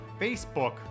Facebook